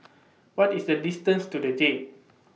What IS The distance to The Jade